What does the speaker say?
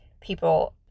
people